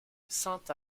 sainte